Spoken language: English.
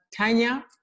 Tanya